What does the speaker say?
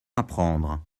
apprendre